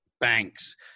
banks